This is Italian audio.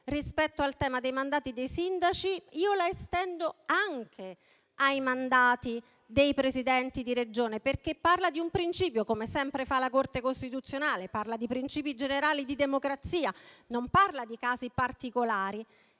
rispetto al tema dei mandati dei sindaci. Io la estendo anche ai mandati dei Presidenti di Regione. Tale sentenza infatti parla di un principio, come sempre fa la Corte costituzionale che parla di principi generali di democrazia, non di casi particolari.